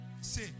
Say